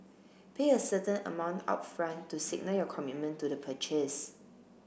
pay a certain amount upfront to signal your commitment to the purchase